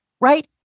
right